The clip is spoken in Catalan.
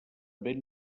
ben